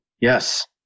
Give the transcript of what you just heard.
Yes